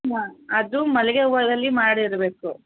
ಅದು ಮಲ್ಲಿಗೆ ಹೂವಲ್ಲಿ ಮಾಡಿರಬೇಕು